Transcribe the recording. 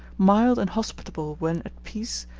mild and hospitable when at peace,